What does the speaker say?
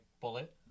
bullet